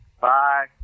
bye